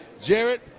Jared